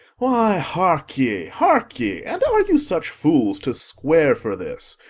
why, hark ye, hark ye! and are you such fools to square for this?